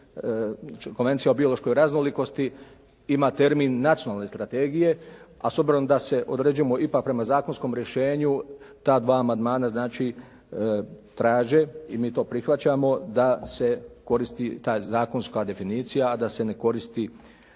Konvencija o biološkoj raznolikosti ima termin nacionalne strategije a s obzirom da se određujemo ipak prema zakonskom rješenju ta dva amandmana znači traže i mi to prihvaćamo da se koristi ta zakonska definicija a da se ne koristi